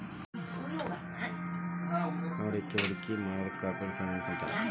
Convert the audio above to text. company ಮೌಲ್ಯವರ್ಧನ ಮಾಡ್ಲಿಕ್ಕೆ ಹೂಡಿಕಿ ಮಾಡೊದಕ್ಕ ಕಾರ್ಪೊರೆಟ್ ಫೈನಾನ್ಸ್ ಅಂತಾರ